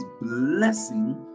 blessing